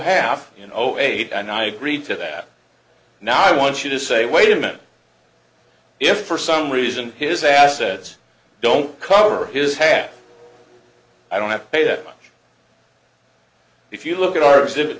half you know eight and i agreed to that now i want you to say wait a minute if for some reason his assets don't cover his half i don't have to pay that much if you look at our exhibit